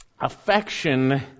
affection